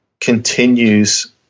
continues